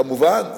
כמובן,